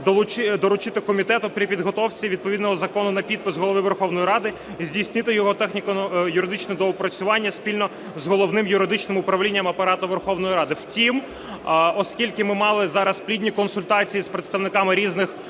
доручити комітету при підготовці відповідного закону на підпис Голові Верховної Ради здійснити його техніко-юридичне доопрацювання спільно з Головним юридичним управлінням Апарату Верховної Ради. Втім, оскільки ми мали зараз плідні консультації з представниками різних